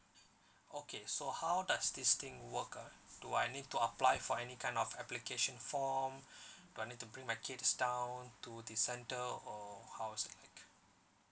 okay so how does this thing work ah do I need to apply for any kind of application form do I need to bring my kids down to the centre or how is it like